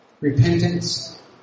repentance